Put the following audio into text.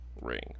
ring